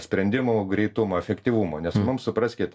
sprendimų greitumo efektyvumo nes mum supraskit